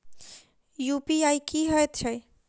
UPI की हएत छई?